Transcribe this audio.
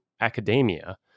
academia